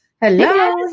Hello